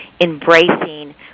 embracing